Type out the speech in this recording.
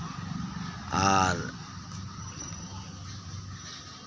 ᱟᱨ